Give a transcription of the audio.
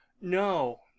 No